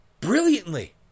brilliantly